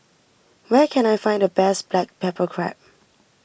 where can I find the best Black Pepper Crab